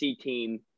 team